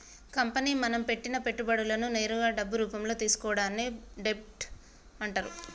company మనం పెట్టిన పెట్టుబడులను నేరుగా డబ్బు రూపంలో తీసుకోవడాన్ని డెబ్ట్ అంటరు